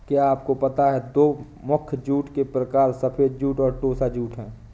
क्या आपको पता है दो मुख्य जूट के प्रकार सफ़ेद जूट और टोसा जूट है